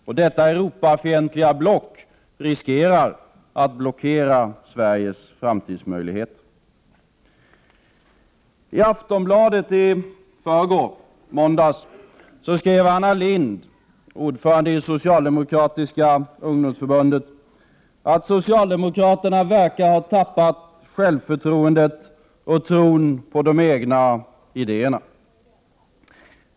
Och detta Europafientliga block riskerar att blockera Sveriges framtidsmöjligheter. I Aftonbladet i måndags skrev Anna Lindh, ordförande i det socialdemokratiska ungdomsförbundet, att socialdemokraterna verkar ha tappat självförtroendet och tron på de egna idéerna.